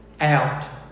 out